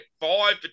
five